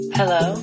Hello